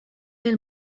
del